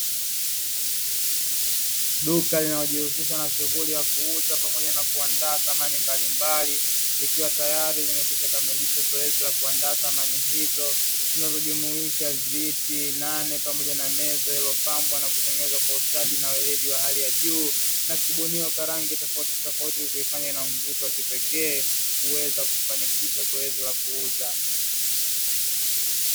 Duka linajihusisha na shughuli ya kuuza pamoja kuandaa samani mbalimbali, likiwa tayari limekwisha kamilisha zoezi la kuandaa samani hizo, zinazojumuisha viti nane pamoja na meza iliyopambwa na kutengenezwa kwa ustadi na weledi wa hali ya juu, na kubuniwa kwa rangi tofautitofauti na kuifanya iwe na mvuto wa kipekee, kuweza kufanikisha zoezi la kuuza.